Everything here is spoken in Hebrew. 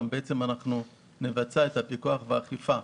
נבצע את הפיקוח והאכיפה.